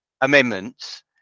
amendments